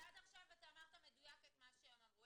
עד עכשיו אתה אמרת מדויק את מה שהם אמרו.